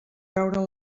veure